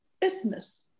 business